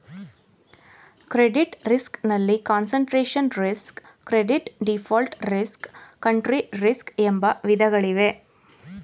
credit risk ನಲ್ಲಿ concentration risk, credit default risk, country risk ಎಂಬ ವಿಧಗಳಿವೆ